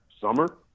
Summer